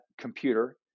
computer